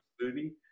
movie